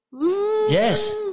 Yes